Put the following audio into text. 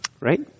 Right